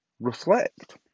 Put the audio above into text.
reflect